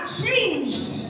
changed